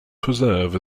preserve